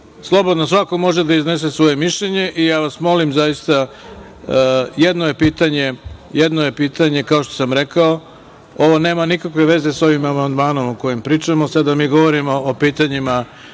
Slobodno svako može da iznese svoje mišljenje i ja vas molim zaista jedno je pitanje, kao što sam rekao, ovo nema nikakve veze sa ovim amandmanom o kojem pričamo, sada mi govorimo o pitanjima